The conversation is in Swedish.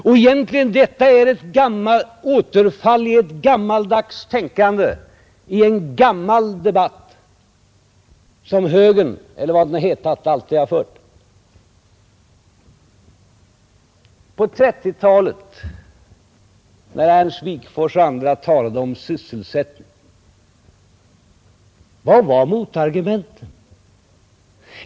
Egentligen ÅA”8 erfarenheterna är detta ett återfall i ett gammaldags tänkande och i en gammal debatt, av försöken att vidga som högern, eller vad den har hetat, alltid har fört. den statliga företag På 1930-talet, när Ernst Wigforss och andra talade om sysselsättning, samheten vad var då motargumenten?